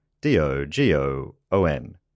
D-O-G-O-O-N